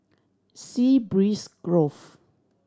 Sea Breeze Grove